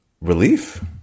relief